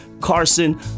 Carson